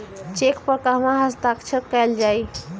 Check पर कहवा हस्ताक्षर कैल जाइ?